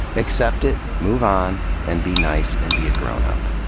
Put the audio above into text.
accept it, move on, and be nice and be a grownup.